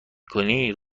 کنید